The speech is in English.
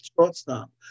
shortstop